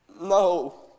No